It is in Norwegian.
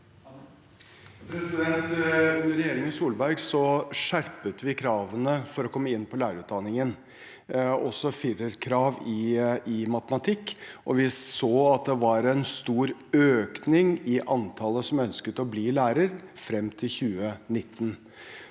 Under regjeringen Solberg skjerpet vi kravene for å komme inn på lærerutdanningen – også med et firerkrav i matematikk. Vi så da at det var en stor økning i antallet som ønsket å bli lærer, frem til 2019.